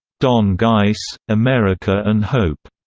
don geiss, america and hope,